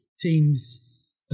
teams